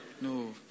No